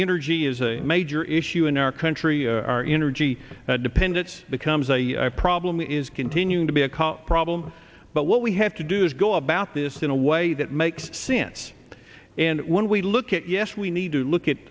energy is a major issue in our country our energy dependence becomes a problem is continuing to be a cop problem but what we have to do is go about this in a way that makes sense and when we look at yes we need to look at